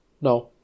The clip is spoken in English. No